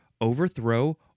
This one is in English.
overthrow